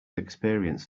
experience